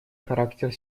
характер